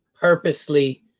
purposely